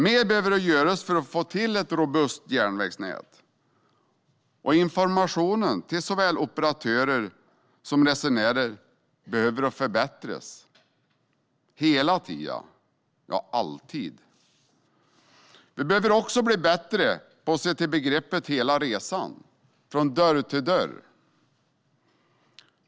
Mer behöver göras för att få till ett robust järnvägsnät, och informationen till såväl operatörer som resenärer behöver förbättras hela tiden - ja, alltid. Vi behöver också bli bättre på att se till begreppet "hela resan", det vill säga från dörr till dörr.